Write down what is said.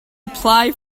apply